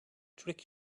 trick